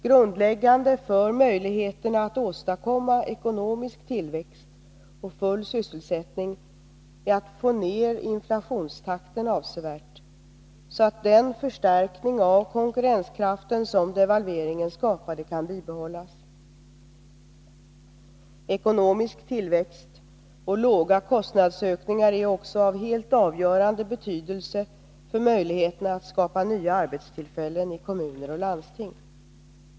Grundläggande för möjligheterna att åstadkomma ekonomisk tillväxt och full sysselsättning är att vi får ned inflationstakten avsevärt, så att den förstärknig av konkurrenskraften som devalveringen skapade kan bibehållas. Ekonomisk tillväxt och låga konstnadsökningar är också av helt avgörande betydelse för möjligheterna att skapa nya arbetstillfällen i kommuner och landsting.